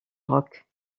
rock